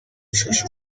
ishashi